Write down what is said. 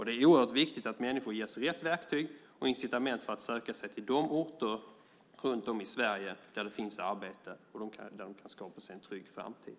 Det är oerhört viktigt att människor ges rätt verktyg och incitament för att söka sig till de orter runt om i Sverige där det finns arbete och de kan skapa sig en trygg framtid.